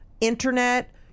internet